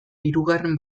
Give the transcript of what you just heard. hirugarren